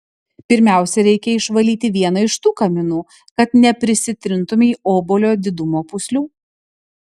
pirmiausia reikia išvalyti vieną iš tų kaminų kad neprisitrintumei obuolio didumo pūslių